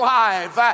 life